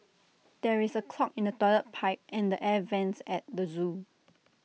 there is A clog in the Toilet Pipe and the air Vents at the Zoo